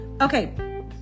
okay